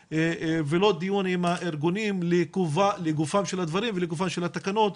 ולא דיון עם הארגונים לגופם של הדברים ולגופם של התקנות.